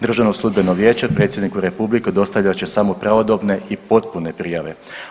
Državno sudbeno vijeće predsjedniku Republike dostavljat će samo pravodobne i potpune prijave.